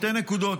שתי נקודות.